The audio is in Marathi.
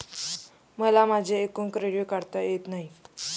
मला माझे एकूण क्रेडिट काढता येत नाही